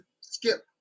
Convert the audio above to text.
skip